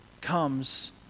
comes